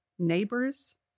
neighbors